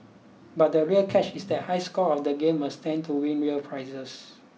but the real catch is that high scorers of the game will stand to win real prizes